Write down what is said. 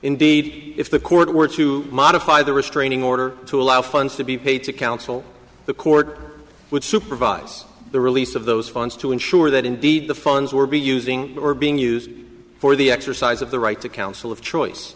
indeed if the court were to modify the restraining order to allow funds to be paid to counsel the court would supervise the release of those funds to ensure that indeed the funds were be using or being used for the exercise of the right to counsel of choice